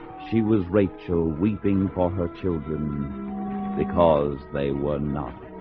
she was rachel weeping for her children because they were not